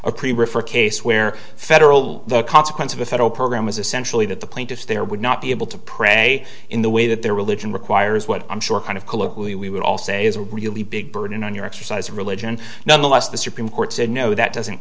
a pretty refer case where federal the consequence of a federal program is essentially that the plaintiffs there would not be able to pray in the way that their religion requires what i'm sure kind of colloquially we would all say is a really big burden on your exercise of religion nonetheless the supreme court said no that doesn't